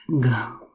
go